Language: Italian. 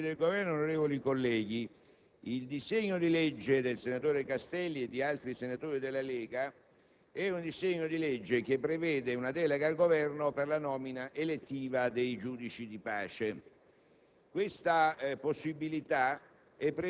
Signor Presidente, signori del Governo, onorevoli colleghi, il disegno di legge del senatore Castelli e di altri senatori della Lega contiene una delega al Governo per la nomina elettiva dei giudici di pace.